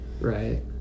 right